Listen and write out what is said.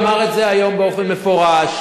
אמר את זה היום באופן מפורש.